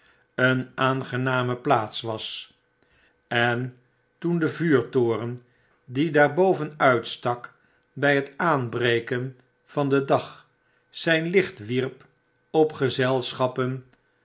een aangename plaats was en toen de vuurtoren die daarboven uitstak by het aanbreken van den dag zijn licht wierp op gezelschappen